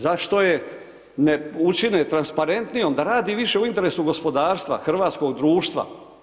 Zato je ne učine transparentnijom da radi više u interesu gospodarstva, hrvatskog društva?